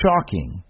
shocking